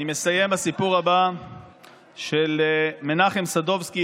של מנחם סדובסקי.